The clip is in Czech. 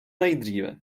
nejdříve